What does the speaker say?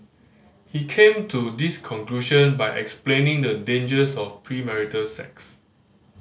he came to this conclusion by explaining the dangers of premarital sex